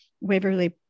waverly